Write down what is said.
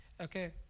okay